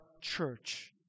church